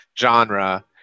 genre